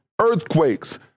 earthquakes